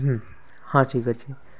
ହଁ ଠିକ୍ ଅଛି